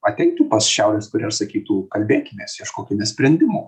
ateitų pas šiaurės korėją ir sakytų kalbėkimės ieškokime sprendimų